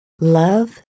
Love